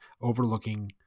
overlooking